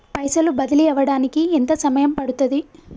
పైసలు బదిలీ అవడానికి ఎంత సమయం పడుతది?